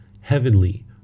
heavenly